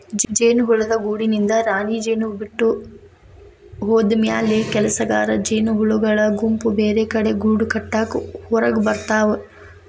ಜೇನುಹುಳದ ಗೂಡಿನಿಂದ ರಾಣಿಜೇನು ಬಿಟ್ಟ ಹೋದಮ್ಯಾಲೆ ಕೆಲಸಗಾರ ಜೇನಹುಳಗಳ ಗುಂಪು ಬೇರೆಕಡೆ ಗೂಡಕಟ್ಟಾಕ ಹೊರಗಬರ್ತಾವ